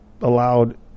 allowed